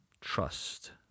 trust